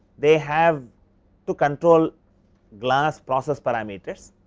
they have to control glass process parameters,